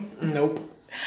Nope